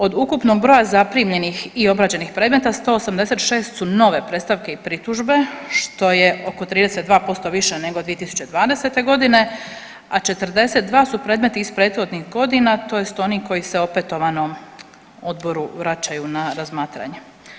Od ukupnog broja zaprimljenih i obrađenih predmeta 186 su nove predstavke i pritužbe što je oko 32% više nego 2020. godine, a 42 su predmeti iz prethodnih godina, tj. oni koji se opetovano odboru vraćaju na razmatranje.